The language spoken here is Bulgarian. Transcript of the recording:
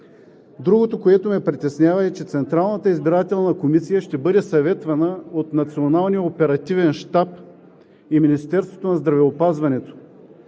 Другото, което ме притеснява, е, че Централната избирателна комисия ще бъде съветвана от Националния оперативен щаб и Министерството на здравеопазването.